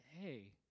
Hey